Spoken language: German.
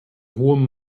hohem